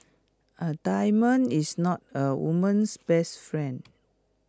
A diamond is not A woman's best friend